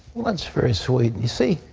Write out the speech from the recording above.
that's very sweet. you see,